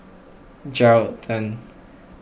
Geraldton